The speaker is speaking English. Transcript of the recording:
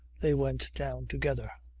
they went down together.